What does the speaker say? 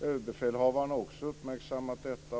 Överbefälhavaren har också uppmärksammat detta.